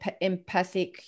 empathic